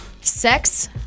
Sex